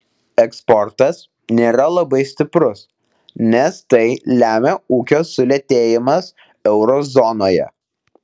eksportas nėra labai stiprus nes tai lemia ūkio sulėtėjimas euro zonoje